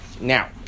now